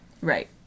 right